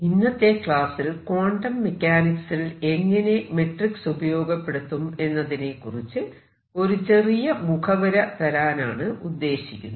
ഇന്നത്തെ ക്ലാസ്സിൽ ക്വാണ്ടം മെക്കാനിക്സിൽ എങ്ങനെ മെട്രിക്സ് ഉപയോഗപ്പെടുത്തും എന്നതിനെക്കുറിച്ച് ഒരു ചെറിയ മുഖവുര തരാനാണ് ഉദ്ദേശിക്കുന്നത്